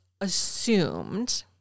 assumed